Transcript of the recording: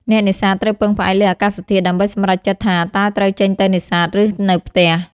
អ្នកនេសាទត្រូវពឹងផ្អែកលើ អាកាសធាតុ ដើម្បីសម្រេចចិត្តថាតើត្រូវចេញទៅនេសាទឬនៅផ្ទះ។